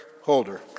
Holder